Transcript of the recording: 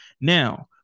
Now